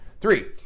Three